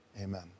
amen